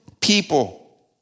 people